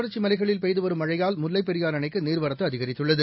தொடர்ச்சிமலைகளில் பெய்துவரும் மேற்குத் மழையால் முல்லைப்பெரியாறுஅணைக்குநீர்வரத்துஅதிகரித்துள்ளது